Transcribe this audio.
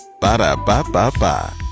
Ba-da-ba-ba-ba